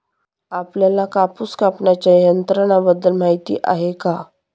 आपल्याला कापूस कापण्याच्या यंत्राबद्दल माहीती आहे का?